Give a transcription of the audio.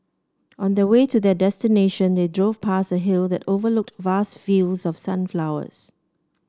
on the way to their destination they drove past a hill that overlooked vast fields of sunflowers